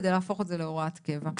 כדי להפוך את זה להוראת קבע.